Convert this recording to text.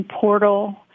portal